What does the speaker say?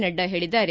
ನಡ್ಡಾ ಹೇಳದ್ದಾರೆ